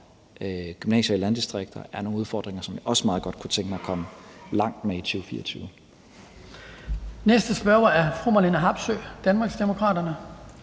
gymnasier i landdistrikter er nogle udfordringer, som jeg også meget godt kunne tænke mig at komme langt med i 2024.